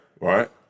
right